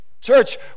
Church